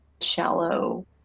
shallow